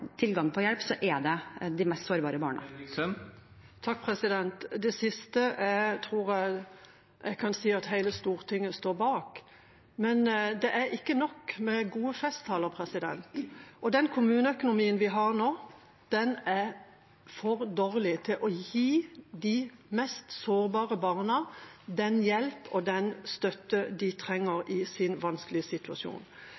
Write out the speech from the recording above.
tilgang på hjelp, er det de mest sårbare barna. Det siste tror jeg at jeg kan si at hele Stortinget står bak. Men det er ikke nok med gode festtaler. Den kommuneøkonomien vi har nå, er for dårlig til å gi de mest sårbare barna den hjelp og den støtte de